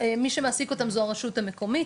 מי שמעסיק אותם זאת הרשות המקומית,